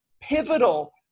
pivotal